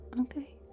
Okay